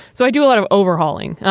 so i do a lot of overhauling,